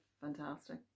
fantastic